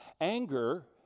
Anger